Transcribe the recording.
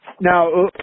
Now